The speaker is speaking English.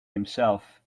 himself